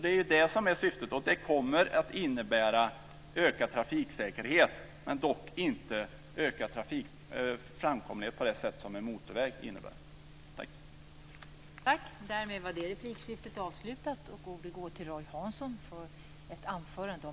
Det är ju det som är syftet, och det kommer att innebära en ökad trafiksäkerhet - dock inte en ökad framkomlighet på samma sätt som är fallet med en motorväg.